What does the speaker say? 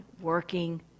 working